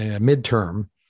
mid-term